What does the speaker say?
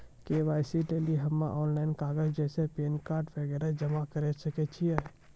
KYC लेली हम्मय online कागज जैसे पैन कार्ड वगैरह जमा करें सके छियै?